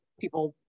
people